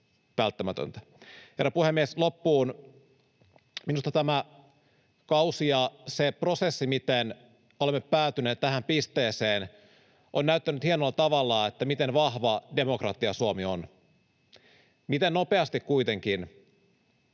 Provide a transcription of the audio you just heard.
välttämätöntä. Herra puhemies! Loppuun: Minusta tämä kausi ja se prosessi, miten olemme päätyneet tähän pisteeseen, on näyttänyt hienolla tavalla, miten vahva demokratia Suomi on, miten nopeasti kuitenkin